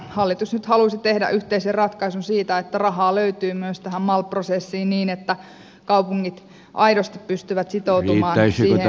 hallitus nyt halusi tehdä yhteisen ratkaisun siitä että rahaa löytyy myös tähän mal prosessiin niin että kaupungit aidosti pystyvät sitoutumaan siihen